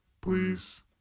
Please